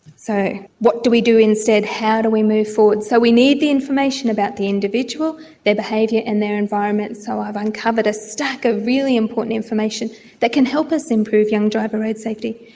so what do we do instead, how do we move forward? so we need the information about the individual, their behaviour and their environment. so i've uncovered a stack of really important that can help us improve young driver road safety.